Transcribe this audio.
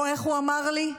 איך הוא אמר לי?